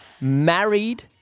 married